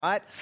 Right